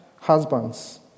husbands